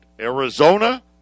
Arizona